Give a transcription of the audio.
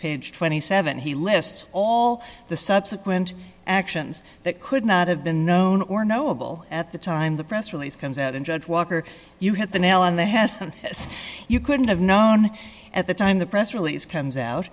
page twenty seven he lists all the subsequent actions that could not have been known or knowable at the time the press release comes out and judge walker you hit the nail on the head you couldn't have known at the time the press release comes out